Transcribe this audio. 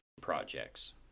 projects